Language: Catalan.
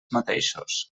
mateixos